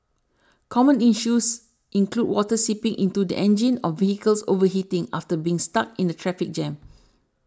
common issues include water seeping into the engine or vehicles overheating after being stuck in a traffic jam